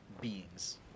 beings